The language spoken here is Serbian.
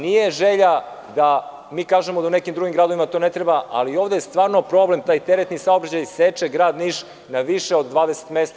Nije želja da mi kažemo da u nekim drugim gradovima to ne treba, ali ovde je stvarno problem taj teretni saobraćaj jer seče grad Niš na više od 20 mesta.